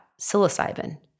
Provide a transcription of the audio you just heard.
psilocybin